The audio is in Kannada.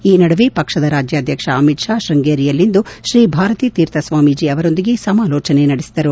ಈ ನಡುವೆ ಪಕ್ಷದ ರಾಜ್ಯಾದ್ಧಕ್ಷ ಅಮಿತ್ ಷಾ ಶೃಂಗೇರಿಯಲ್ಲಿಂದು ಶ್ರೀ ಭಾರತೀ ತೀರ್ಥ ಸ್ವಾಮೀಜಿ ಅವರೊಂದಿಗೆ ಸಮಾಲೋಚನೆ ನಡೆಸಿದರು